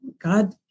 God